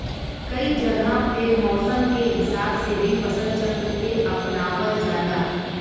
कई जगह पे मौसम के हिसाब से भी फसल चक्र के अपनावल जाला